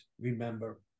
remember